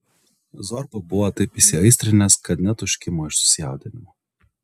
zorba buvo taip įsiaistrinęs kad net užkimo iš susijaudinimo